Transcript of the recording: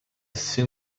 seen